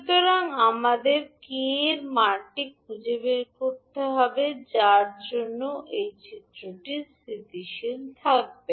সুতরাং আমাদের 𝑘 এর মানটি খুঁজে বের করতে হবে যার জন্য এই চিত্রটি স্থিতিশীল থাকবে